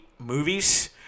movies